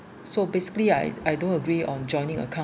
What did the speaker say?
so basically I I don’t agree on joining account